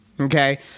Okay